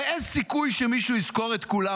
ואין סיכוי שמישהו יזכור את כולם,